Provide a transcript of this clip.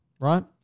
right